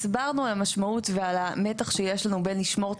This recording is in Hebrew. הסברנו על המשמעות ועל המתח שיש לנו בין לשמור את